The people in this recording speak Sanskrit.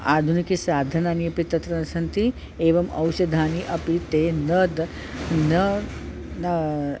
आधुनिकसाधनानि अपि तत्र न सन्ति एवम् औषधानि अपि ते न द न न